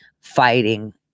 fighting